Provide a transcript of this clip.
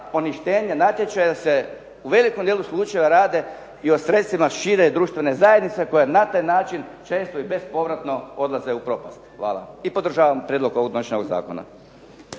poništenje natječaja, jer se u velikom dijelu slučajeva radi i o sredstvima šire društvene zajednice koja na taj način često i bespovratno odlaze u propast. Hvala. I podržavam prijedlog, donošenje ovog zakona.